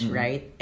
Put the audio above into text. right